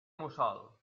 mussol